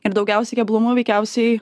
ir daugiausiai keblumų veikiausiai